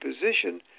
position